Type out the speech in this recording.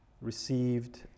received